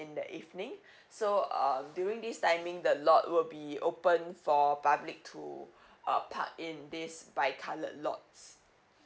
in the evening so um during this timing the lot will be open for public to uh park in this bicolored lots